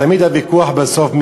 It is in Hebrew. תמיד הוויכוח בסוף,